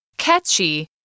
catchy